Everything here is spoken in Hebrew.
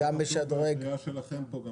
פה חשוב שתהיה קריאה שלכם.